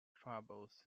troubles